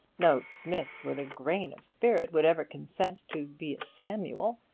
no smith with a grain of spirit would ever consent to be a samuel.